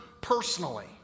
personally